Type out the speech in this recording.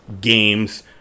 Games